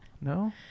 No